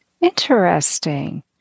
Interesting